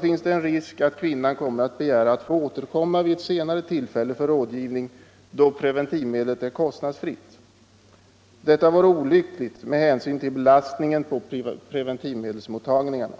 finns det en risk att kvinnan kommer att begära att få återkomma vid ett senare tillfälle för rådgivning, då preventivmedlet är kostnadsfritt. Detta vore olyckligt med hänsyn till belastningen på preventivmedelsmottagningarna.